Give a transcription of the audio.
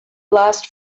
last